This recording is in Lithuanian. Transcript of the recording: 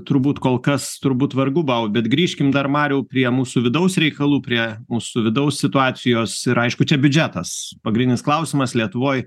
turbūt kol kas turbūt vargu bau bet grįžkim dar mariau prie mūsų vidaus reikalų prie mūsų vidaus situacijos ir aišku čia biudžetas pagrindinis klausimas lietuvoj